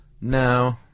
No